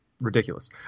ridiculous